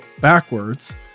backwards